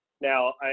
Now